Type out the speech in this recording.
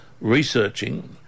researching